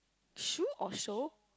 shoe or show